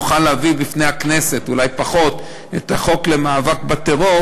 נוכל להביא בפני הכנסת את חוק המאבק בטרור,